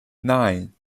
nine